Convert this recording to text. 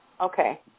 Okay